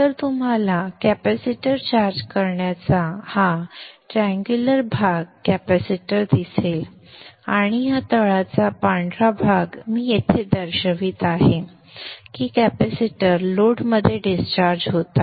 तर तुम्हाला capacitor charge करण्याचा हा त्रिकोणी भाग कॅपेसिटर दिसेल आणि हा तळाचा पांढरा भाग मी येथे दर्शवित आहे की कॅपेसिटर लोडमध्ये डिस्चार्ज होत आहे